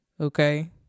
Okay